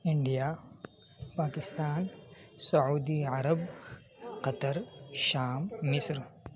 India Pakistan سعودی عرب قطر شام مصر